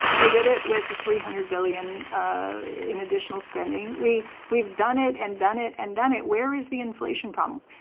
we did it with the three hundred billion in additional spending. we've done it and done it and done it. where is the inflation problem?